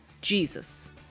Jesus